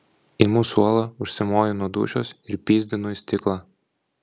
imu suolą užsimoju nuo dūšios ir pyzdinu į stiklą